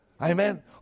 Amen